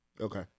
Okay